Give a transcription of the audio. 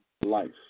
life